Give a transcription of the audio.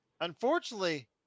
unfortunately